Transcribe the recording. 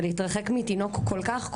ולהתרחק מתינוק כל כך רך,